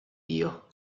dio